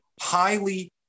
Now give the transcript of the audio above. highly